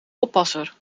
oppasser